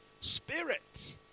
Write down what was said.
Spirit